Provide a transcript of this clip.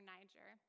Niger